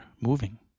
moving